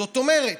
זאת אומרת,